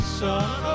son